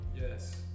Yes